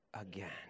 again